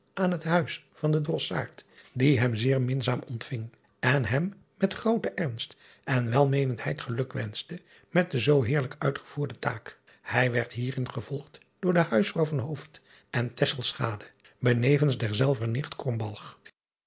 aan het huis van den rossaard die hem zeer minzaam ontving en hem het grooten ernst en welmeenendheid geluk wenschte met de zoo heerlijk uitgevoerde taak hij werd hierin gevolgd door de huisvrouw van en benevens derzelver nicht